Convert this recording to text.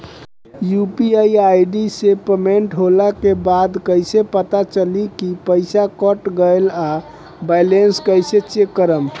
UPI ID से payment होला के बाद कइसे पता चली की पईसा कट गएल आ बैलेंस कइसे चेक करम?